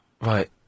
Right